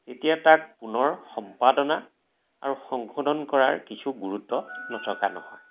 তেতিয়া তাক পুনৰ সম্পাদনা আৰু সংশোধন কৰাৰ কিছু গুৰুত্ব নথকা নহয়